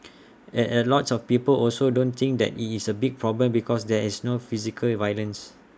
A a lot of people also don't think that IT is A big problem because there is no physical violence